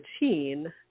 routine